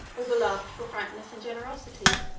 or beloved for frankness and generosity.